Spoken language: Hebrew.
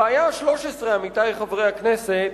הבעיה השלוש-עשרה, עמיתי חברי הכנסת,